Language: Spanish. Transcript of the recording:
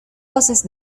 voces